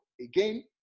Again